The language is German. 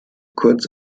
kurz